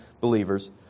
believers